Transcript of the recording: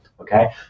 okay